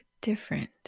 different